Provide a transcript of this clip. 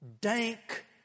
dank